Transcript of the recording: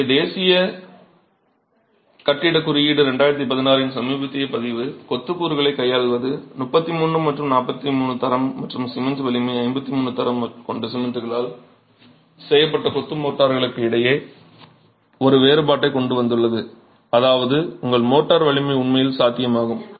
எனவே தேசிய கட்டிடக் குறியீடு 2016 இன் சமீபத்திய பதிப்பு கொத்து கூறுகளைக் கையாள்வது 33 மற்றும் 43 தரம் மற்றும் சிமென்ட் வலிமை 53 தரம் கொண்ட சிமென்ட்களால் செய்யப்பட்ட கொத்து மோட்டார்களுக்கு இடையே ஒரு வேறுபாட்டைக் கொண்டு வந்துள்ளது அதாவது உங்கள் மோர்ட்டார் வலிமை உண்மையில் சாத்தியமாகும்